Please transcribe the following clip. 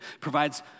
provides